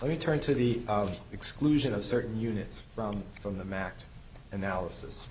let me turn to the exclusion of certain units from from the mac to analysis